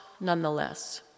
nonetheless